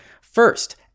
first